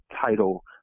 title